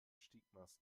stigmas